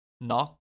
Knock